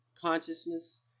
consciousness